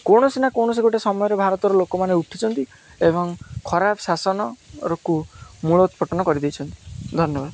କୌଣସି ନା କୌଣସି ଗୋଟେ ସମୟରେ ଭାରତର ଲୋକମାନେ ଉଠିଛନ୍ତି ଏବଂ ଖରାପ ଶାସନକୁ ମୂଳ ଉତ୍ପୋଟନ କରିଦେଇଛନ୍ତି ଧନ୍ୟବାଦ